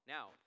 Now